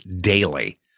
daily